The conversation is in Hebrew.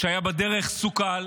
סוכל